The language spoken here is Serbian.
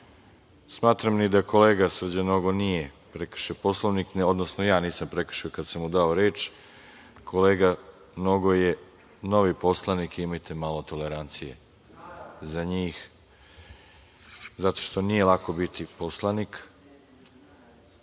Smatram da ni kolega Srđan Nogo nije prekršio Poslovnik, odnosno ja nisam prekršio kada sam mu dao reč. Kolega Nogo je novi poslanik, imajte malo tolerancije za njih, zato što nije lako biti poslanik. Reč